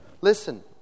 Listen